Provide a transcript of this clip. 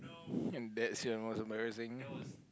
and that's the most embarrassing